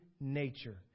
nature